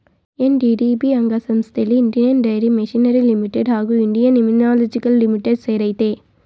NDDB ಅಂಗಸಂಸ್ಥೆಲಿ Indian dairy machinery limited ಹಾಗೂ Indian immunologicals limited ಸೇರಯ್ತೆ